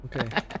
Okay